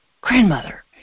grandmother